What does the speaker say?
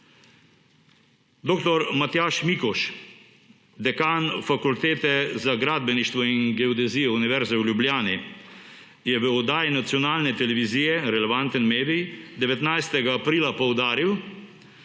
Dr. Matjaž Mikoš, dekan Fakultete za gradbeništvo in geodezijo Univerze v Ljubljani, je v oddaji nacionalne televiziji – relevanten medij ‒, 19. aprila poudaril,